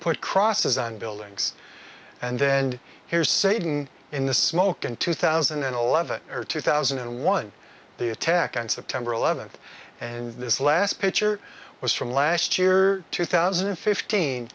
put crosses on buildings and then here's satan in the smoke in two thousand and eleven or two thousand and one the attack on september eleventh and this last picture was from last year or two thousand and fifteen